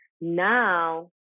Now